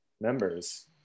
members